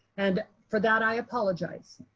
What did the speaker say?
and for that, i apologize.